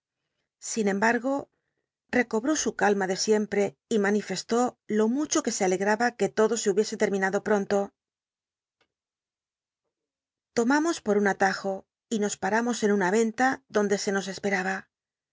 sin embargo recobró su calma de siemptc y manifestó lo mucho que se alegraba que todo se hubie e letminado tan pronto tomamos por un atajo y nos paramos en un a y cnla donde se nos espetaba